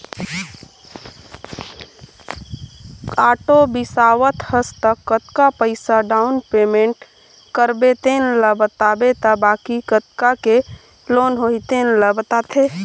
auto बिसावत हस त कतका पइसा डाउन पेमेंट करबे तेन ल बताबे त बाकी कतका के लोन होही तेन ल बताथे